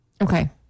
Okay